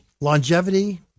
longevity